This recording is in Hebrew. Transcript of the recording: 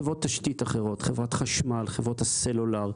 חברות תשתית אחרות, חברת חשמל, חברות הסלולר,